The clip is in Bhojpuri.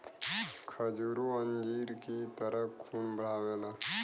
खजूरो अंजीर की तरह खून बढ़ावेला